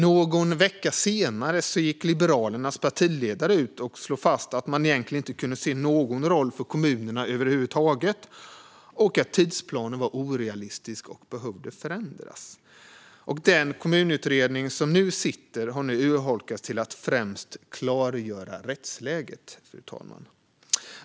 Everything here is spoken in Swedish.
Någon vecka senare gick Liberalernas partiledare ut och slog fast att man egentligen inte kunde se någon roll för kommunerna över huvud taget och att tidsplanen var orealistisk och behövde förändras. Den kommunutredning som sitter har nu urholkats till att främst klargöra rättsläget, fru talman.